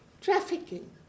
Trafficking